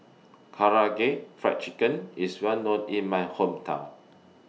Karaage Fried Chicken IS Well known in My Hometown